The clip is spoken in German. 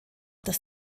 das